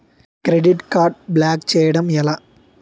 Credit card block చేయడం ఎలా?